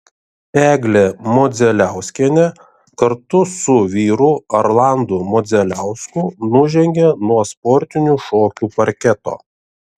eglė modzeliauskienė kartu su vyru arlandu modzeliausku nužengė nuo sportinių šokių parketo